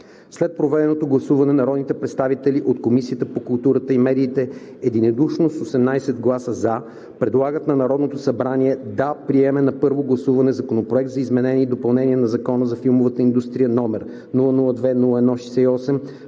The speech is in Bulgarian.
След проведено гласуване народните представители от Комисията по културата и медиите единодушно с 18 гласа „за“ предлагат на Народното събрание да приеме на първо гласуване Законопроект за изменение и допълнение на Закона за филмовата индустрия, № 002-01-68,